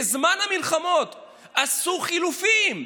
בזמן המלחמות עשו חילופים,